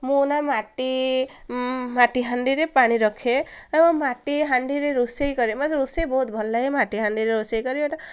ମୁଁ ନା ମାଟି ମାଟି ହାଣ୍ଡିରେ ପାଣି ରଖେ ଆଉ ମାଟି ହାଣ୍ଡିରେ ରୋଷେଇ କରେ ମୋତେ ରୋଷେଇ ବହୁତ ଭଲ ଲାଗେ ମାଟି ହାଣ୍ଡିରେ ରୋଷେଇ କରେ ଏଇଟା